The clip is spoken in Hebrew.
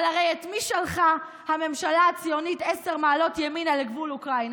אבל הרי את מי שלחה הממשלה הציונית עשר מעלות ימינה לגבול אוקראינה?